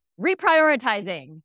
reprioritizing